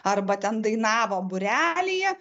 arba ten dainavo būrelyje